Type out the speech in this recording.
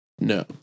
No